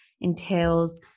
entails